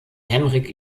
henrik